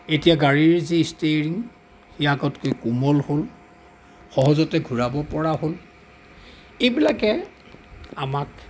এতিয়া গাড়ীৰ যি ষ্টেৰিং ই আগতকৈ কোমল হ'ল সহজতে ঘূৰাব পৰা হ'ল এইবিলাকে আমাক